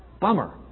Bummer